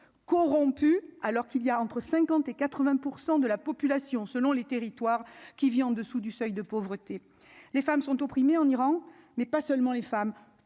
corrompus, alors qu'il y a entre 50 et 80 % de la population, selon les territoires qui vit en dessous du seuil de pauvreté, les femmes sont opprimés en Iran, mais pas seulement les femmes,